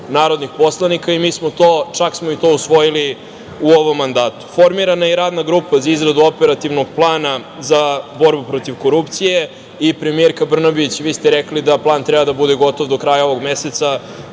narodnih poslanika i mi smo čak i to usvojili u ovom mandatu. Formirana je i Radna grupa za izradu operativnog plana za borbu protiv korupcije. Premijerko Brnabić, vi ste rekli da plan treba da bude gotov do kraja ovog meseca,